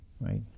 right